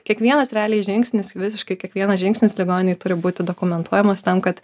kiekvienas realiai žingsnis visiškai kiekvienas žingsnis ligoninėj turi būti dokumentuojamas tam kad